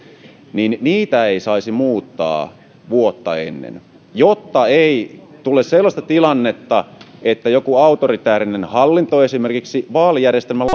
ei saisi muuttaa vuotta ennen jotta ei tule sellaista tilannetta että esimerkiksi joku autoritäärinen hallinto vaikka vaalijärjestelmän